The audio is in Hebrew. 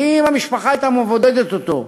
ואם המשפחה הייתה מבודדת אותו,